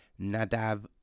Nadav